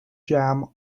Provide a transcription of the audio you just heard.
jam